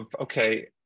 okay